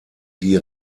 die